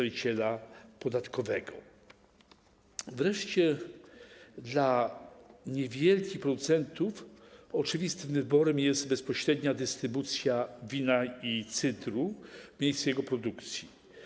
Wreszcie dla niewielkich producentów oczywistym wyborem jest bezpośrednia dystrybucja wina i cydru w miejscu jego produkcji.